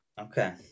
Okay